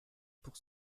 pour